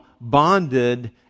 bonded